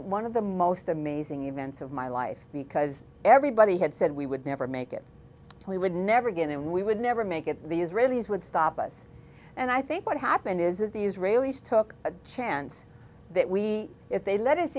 one of the most amazing events of my life because everybody had said we would never make it we would never again and we would never make it the israelis would stop us and i think what happened is that the israelis took a chance that we if they let us